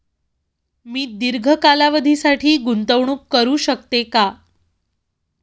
मी दीर्घ कालावधीसाठी गुंतवणूक करू शकते का?